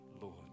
Lord